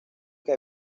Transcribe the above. que